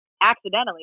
accidentally